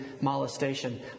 molestation